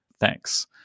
Thanks